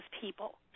people